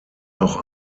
auch